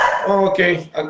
Okay